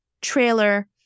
trailer